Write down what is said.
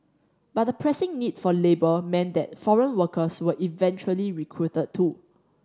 but the pressing need for labour meant that foreign workers were eventually recruited too